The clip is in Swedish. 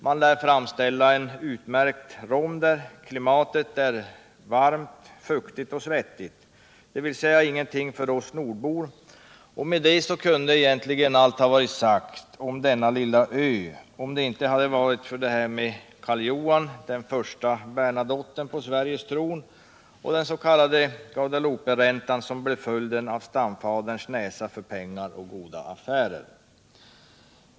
Man lär framställa en utmärkt rom där, och klimatet är varmt, fuktigt och svettigt, dvs. ingenting för oss nordbor. Därmed kunde egentligen allt ha varit sagt om denna lilla ö, om det inte hade varit för detta med Karl Johan, den första Bernadotten på Sveriges tron, och den s.k. Guadelouperäntan, som blev följden av stamfaderns näsa för pengar och goda affärer.